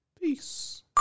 peace